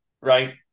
right